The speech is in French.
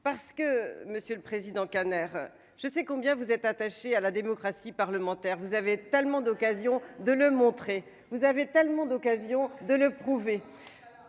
parce que Monsieur le Président. Je sais combien vous êtes attaché à la démocratie parlementaire vous avez tellement d'occasions de le montrer, vous avez tellement d'occasions de le prouver.